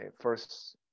first